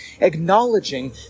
acknowledging